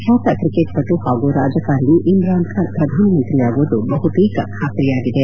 ಖ್ಯಾತ ಕ್ರಿಕೆಟ್ಪಟು ಹಾಗೂ ರಾಜಕಾರಣಿ ಇಮ್ರಾನ್ ಖಾನ್ ಪ್ರಧಾನ ಮಂತ್ರಿಯಾಗುವುದು ಬಹುತೇಕ ಬಾತ್ರಿಯಾಗಿದೆ